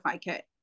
kit